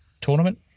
Tournament